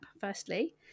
firstly